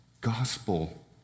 gospel